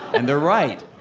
and they're right.